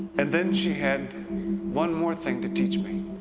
and then she had one more thing to teach me.